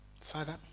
Father